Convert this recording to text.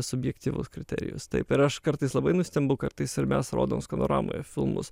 subjektyvus kriterijus taip ir aš kartais labai nustembu kartais ir mes rodom skanoramoje filmus